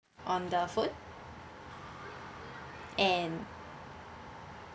on the food and